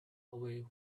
away